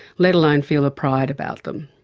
let alone feel a pride about them.